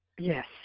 Yes